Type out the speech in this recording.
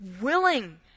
willing